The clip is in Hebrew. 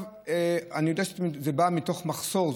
אני יודע שזה בא מתוך מחסור,